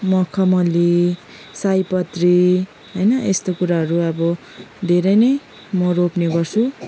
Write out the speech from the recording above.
मखमली सयपत्री होइन यस्तो कुराहरू अब धेरै नै म रोप्ने गर्छु